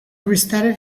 restarted